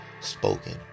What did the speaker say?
spoken